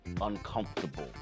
uncomfortable